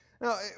Now